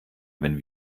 wenn